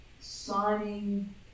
signing